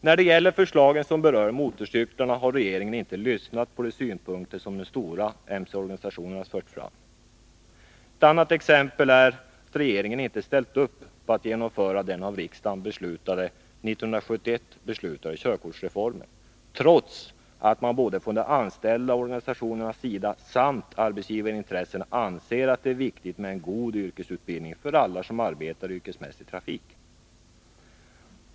När det gäller de förslag som berör motorcyklarna har regeringen inte lyssnat på de synpunkter som de stora MC-organisationerna fört fram. Ett annat exempel är att regeringen inte ställt upp på att genomföra den av riksdagen 1971 beslutade körkortsreformen, trots att både de anställdas organisationer och arbetsgivarintressena anser att det är viktigt med en god yrkesutbildning för alla som arbetar i yrkesmässig trafik.